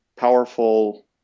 Powerful